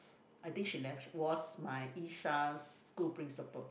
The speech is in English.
I think she left was my school principal